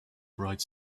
bright